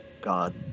God